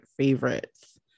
favorites